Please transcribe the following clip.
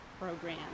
program